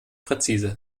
präzise